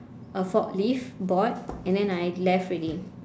a forklift board and then I left already